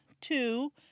two